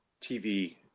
TV